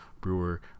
Brewer